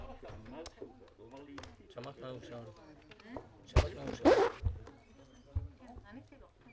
ב-2018 דנו בהטבות לנהרייה אני זוכר את הישיבה